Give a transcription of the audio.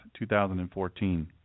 2014